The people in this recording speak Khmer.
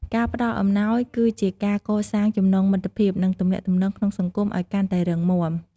ការផ្តល់អំណោយគឺជាការកសាងចំណងមិត្តភាព និងទំនាក់ទំនងក្នុងសង្គមឱ្យកាន់តែរឹងមាំ។